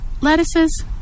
lettuces